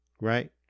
right